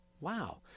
Wow